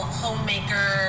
homemaker